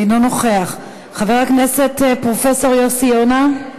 אינו נוכח, חבר הכנסת פרופ' יוסי יונה,